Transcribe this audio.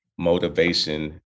Motivation